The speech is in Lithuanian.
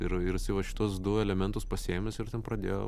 ir ir jisai va šituos du elementus pasiėmęs ir ten pradėjo